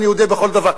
אני אודה בכל דבר.